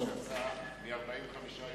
שעשה מ-45,